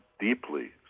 deeply